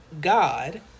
God